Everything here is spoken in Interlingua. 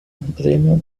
premio